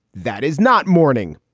that is not morning.